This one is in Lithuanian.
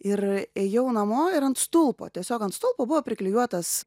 ir ėjau namo ir ant stulpo tiesiog ant stulpo buvo priklijuotas